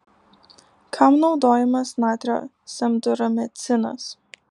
kam naudojamas natrio semduramicinas